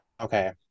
okay